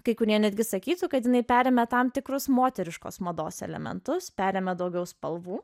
kai kurie netgi sakytų kad jinai perėmė tam tikrus moteriškos mados elementus perėmė daugiau spalvų